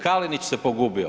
Kalenić se pogubio.